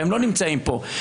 והם לא נמצאים פה.